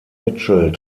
mitchell